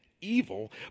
evil